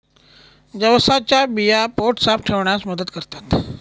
जवसाच्या बिया पोट साफ ठेवण्यास मदत करतात